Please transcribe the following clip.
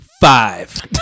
five